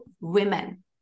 women